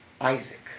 Isaac